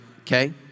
Okay